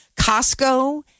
Costco